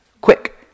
quick